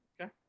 Okay